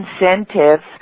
incentives